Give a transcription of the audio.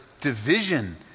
division